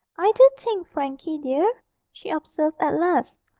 i do think, frankie dear she observed at last,